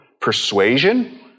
Persuasion